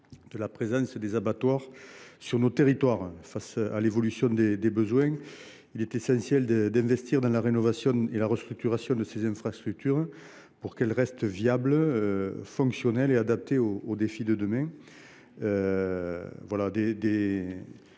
de la présence des abattoirs dans nos territoires. Face à l’évolution des besoins, il est essentiel d’investir dans la rénovation et la restructuration de ces infrastructures pour qu’elles restent viables, fonctionnelles et adaptées aux défis de demain. Des